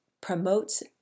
promotes